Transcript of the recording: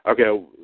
Okay